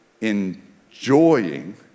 enjoying